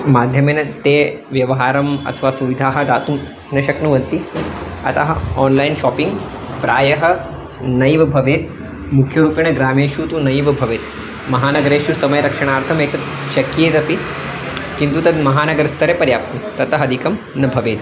माध्यमेन ते व्यवहारम् अथवा सुविधाः दातुं न शक्नुवन्ति अतः आन्लैन् शापिङ्ग् प्रायः नैव भवेत् मुख्यरूपेण ग्रामेषु तु नैव भवेत् महानगरेषु समयरक्षणार्थम् एतत् शक्येदपि किन्तु तद् महानगरस्तरे पर्याप्तं ततः अधिकं न भवेत्